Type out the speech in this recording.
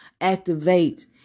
activate